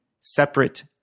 separate